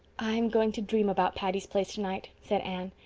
i'm going to dream about patty's place tonight, said anne.